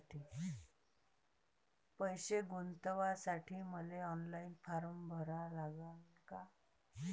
पैसे गुंतवासाठी मले ऑनलाईन फारम भरा लागन का?